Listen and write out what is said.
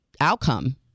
outcome